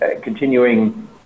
continuing